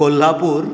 Kolhapur